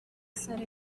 said